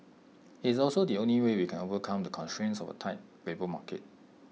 IT is also the only way we can overcome the constraints of A tight labour market